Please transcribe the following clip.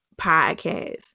podcast